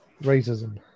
Racism